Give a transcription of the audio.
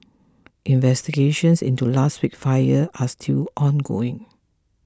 investigations into last week's fire are still ongoing